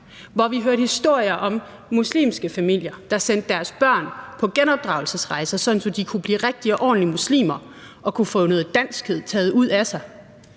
hvor vi hørte historier om muslimske familier, der sendte deres børn på genopdragelsesrejser, sådan at de kunne blive rigtige og ordentlige muslimer og kunne få noget danskhed taget ud af sig,